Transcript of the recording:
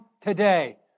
today